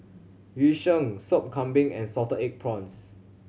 Yu Sheng Sop Kambing and salted egg prawns